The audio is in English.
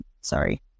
sorry